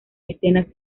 escenas